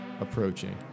approaching